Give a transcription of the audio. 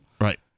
right